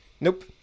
Nope